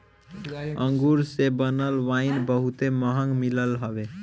अंगूर से बनल वाइन बहुते महंग मिलत हवे